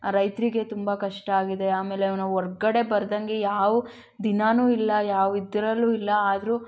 ರೈತರಿಗೆ ತುಂಬ ಕಷ್ಟ ಆಗಿದೆ ಆಮೇಲೆ ನಾವು ಹೊರ್ಗಡೆ ಬರ್ದಂಗೆ ಯಾವ ದಿನಾನೂ ಇಲ್ಲ ಯಾವ ಇದರಲ್ಲೂ ಇಲ್ಲ ಆದರೂ